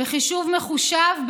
בחישוב מחושב,